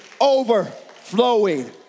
overflowing